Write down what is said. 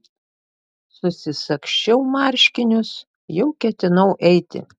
susisagsčiau marškinius jau ketinau eiti